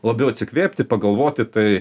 labiau atsikvėpti pagalvoti tai